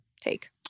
take